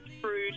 fruit